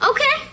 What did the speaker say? Okay